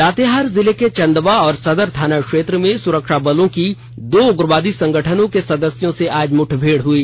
लातेहार जिले के चंदवा और सदर थाना क्षेत्र में सुरक्षा बलों की दो उग्रवादी संगठन के सदस्यों से आज मुठभेड़ हई